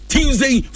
Tuesday